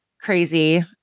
crazy